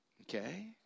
Okay